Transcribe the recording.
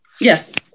Yes